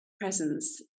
presence